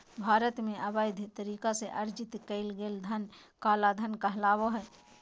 भारत में, अवैध तरीका से अर्जित कइल गेलय धन काला धन कहलाबो हइ